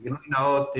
גילוי נאות,